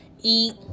Eat